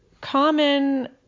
common